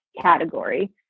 category